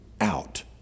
out